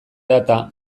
data